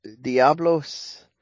Diablos